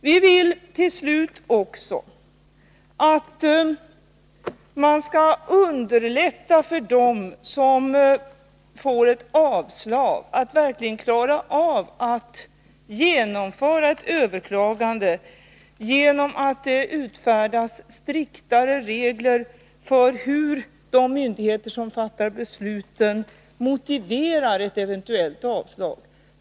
Vi vill till slut också att man skall underlätta för de handikappade som får ett avslag att verkligen klara av att genomföra ett överklagande, genom att det utfärdas striktare regler för hur de myndigheter som fattar besluten motiverar ett eventuellt avslag.